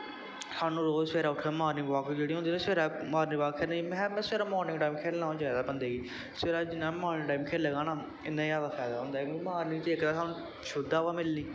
साह्नूं रोज सवेरै उट्ठियै मार्निंग वाक जेह्की होंदी ना सवेरै मार्निंग वाक करनी महां सवेरै टैम खेलनां होना चेहिदा बंदे गी सवेरै जिन्ना मार्निंग टैम खेलेगा ना इन्ना जैदा फाइदा होंदा क्युंकि मार्निंग च इक ते साह्नूं शुध्द हवा मिलनी